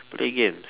play games